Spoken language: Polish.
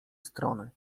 strony